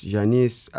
Janice